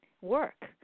work